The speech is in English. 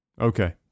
Okay